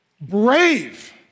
Brave